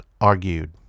argued